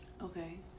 Okay